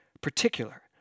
particular